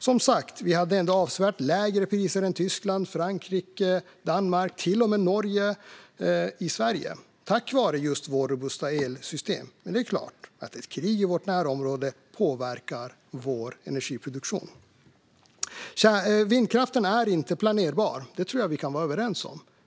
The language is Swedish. Som sagt hade Sverige ändå avsevärt lägre priser än Tyskland, Frankrike, Danmark och till och med Norge, tack vare vårt robusta elsystem. Men det är klart att ett krig i vårt närområde påverkar vår energiproduktion. Att vindkraften inte är planerbar kan vi nog vara överens om.